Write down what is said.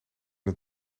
het